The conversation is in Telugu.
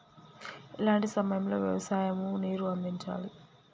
ఎలాంటి సమయం లో వ్యవసాయము కు నీరు అందించాలి?